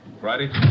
Friday